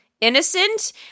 innocent